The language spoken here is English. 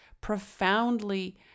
profoundly